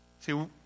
See